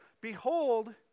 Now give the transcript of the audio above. behold